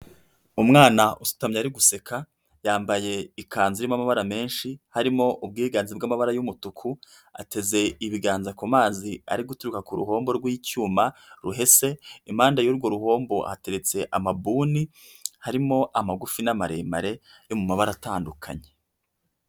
Umwana usutamye ari guseka, yambaye ikanzu irimo amabara menshi, harimo ubwiganze bw'amabara y'umutuku, ateze ibiganza ku mazi ari guturuka ku ruhombo rw'icyuma, ruhese, impande y'urwo rubombo ahateretse amabuni harimo amagufi n' maremare yo mu mabara atandukanye.